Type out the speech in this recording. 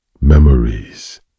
memories